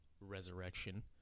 resurrection